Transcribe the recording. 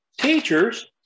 Teachers